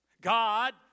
God